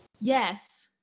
Yes